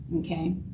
Okay